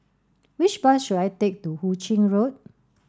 which bus should I take to Hu Ching Road